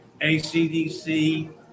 ACDC